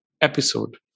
episode